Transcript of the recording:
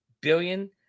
billion